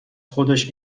خودش